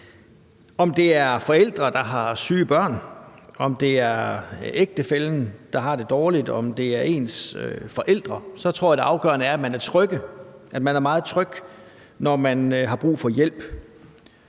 Om det er forældre, der har syge børn, om det er ægtefællen, der har det dårligt, om det er ens forældre, så tror jeg det afgørende er, at man er meget tryg, når man har brug for hjælp.